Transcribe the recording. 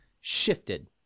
shifted